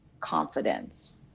confidence